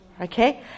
okay